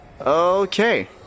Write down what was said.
Okay